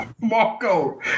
marco